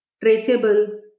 traceable